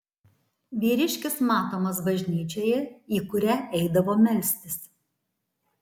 vyriškis matomas bažnyčioje į kurią eidavo melstis